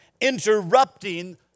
interrupting